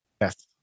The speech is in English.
Yes